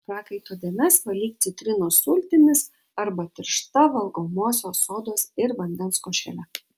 prakaito dėmes valyk citrinų sultimis arba tiršta valgomosios sodos ir vandens košele